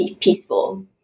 peaceful